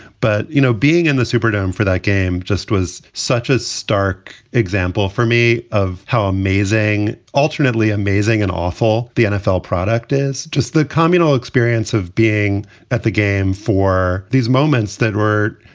but, you know, being in the superdome for that game just was such a stark example for me of how amazing, alternately amazing and awful the nfl product is. just the communal experience of being at the game for these moments that were,